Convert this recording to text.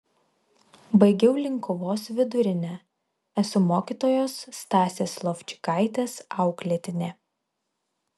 baigiau linkuvos vidurinę esu mokytojos stasės lovčikaitės auklėtinė